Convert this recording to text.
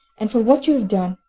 and for what you have done?